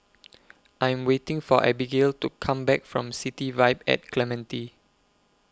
I'm waiting For Abigail to Come Back from City Vibe At Clementi